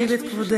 הציל את כבודנו.